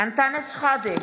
אנטאנס שחאדה,